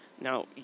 Now